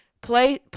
play